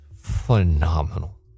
phenomenal